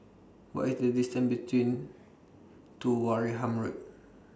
What IS The distance between to Wareham Road